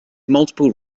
multiple